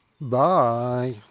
Bye